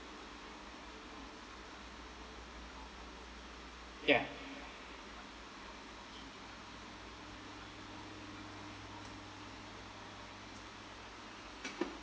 ya